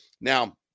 Now